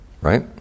right